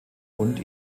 und